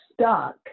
stuck